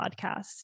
podcast